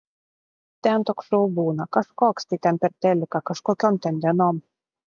ten toks šou būna kažkoks tai ten per teliką kažkokiom ten dienom